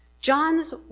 John's